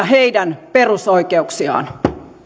heidän perusoikeuksiaan